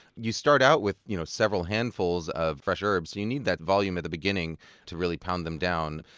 you start out with you know several handfuls of fresh herbs. you need that volume at the beginning to really pound them down.